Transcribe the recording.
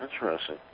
Interesting